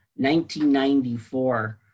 1994